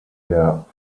der